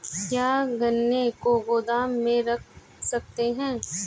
क्या गन्ने को गोदाम में रख सकते हैं?